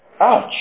Ouch